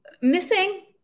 missing